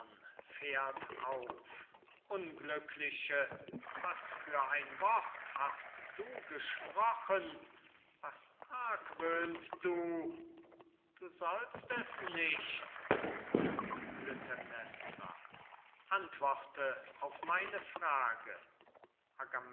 unglückliche was für wort hast du gesprochen was argwöhnst du du sollst es nicht klytämnestra antworte auf meine frage